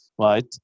right